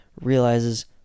realizes